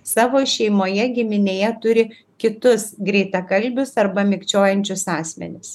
savo šeimoje giminėje turi kitus greitakalbius arba mikčiojančius asmenis